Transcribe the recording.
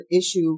issue